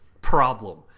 problem